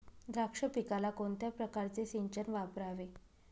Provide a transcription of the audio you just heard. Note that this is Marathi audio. द्राक्ष पिकाला कोणत्या प्रकारचे सिंचन वापरावे?